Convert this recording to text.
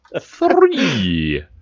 three